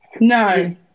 No